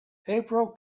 april